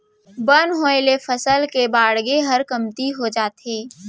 बन होय ले फसल के बाड़गे हर कमती हो जाथे